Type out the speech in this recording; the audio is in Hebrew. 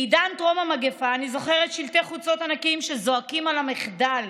בעידן טרום המגפה אני זוכרת שלטי חוצות ענקיים שזועקים על המחדל: